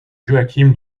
joachim